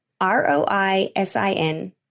R-O-I-S-I-N